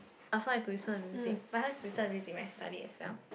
also I like to listen to music but I like to listen to music and study myself